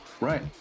Right